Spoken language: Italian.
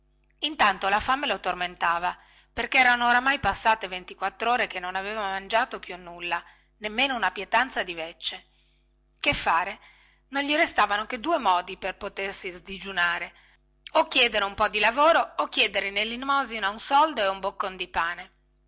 intanto la fame lo tormentava perché erano oramai passate ventiquattrore che non aveva mangiato più nulla nemmeno una pietanza di veccie che fare non gli restavano che due modi per potersi sdigiunare o chiedere un po di lavoro o chiedere in elemosina un soldo o un boccone di pane